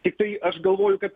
tiktai aš galvoju kad